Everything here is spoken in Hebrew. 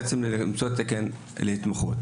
למציאת תקן להתמחות.